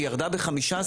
היא ירדה ב-15%.